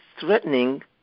threatening